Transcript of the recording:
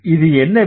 இது என்ன V